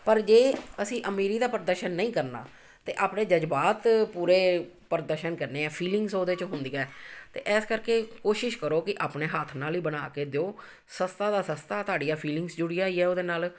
ਪਰ ਜੇ ਅਸੀਂ ਅਮੀਰੀ ਦਾ ਪ੍ਰਦਰਸ਼ਨ ਨਹੀਂ ਕਰਨਾ ਅਤੇ ਆਪਣੇ ਜਜ਼ਬਾਤ ਪੂਰੇ ਪ੍ਰਦਰਸ਼ਨ ਕਰਨੇ ਆ ਫੀਲਿੰਗਸ ਉਹਦੇ 'ਚ ਹੁੰਦੀਆਂ ਅਤੇ ਇਸ ਕਰਕੇ ਕੋਸ਼ਿਸ਼ ਕਰੋ ਕਿ ਆਪਣੇ ਹੱਥ ਨਾਲ ਹੀ ਬਣਾ ਕੇ ਦਿਉ ਸਸਤਾ ਦਾ ਸਸਤਾ ਤੁਹਾਡੀਆਂ ਫੀਲਿੰਗ ਜੁੜੀਆਂ ਹੋਈਆਂ ਉਹਦੇ ਨਾਲ